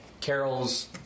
Carol's